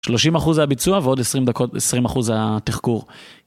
30% זה הביצוע ועוד 20 דקות, 20% התחקור.